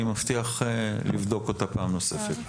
אני מבטיח לבדוק אותה פעם נוספת.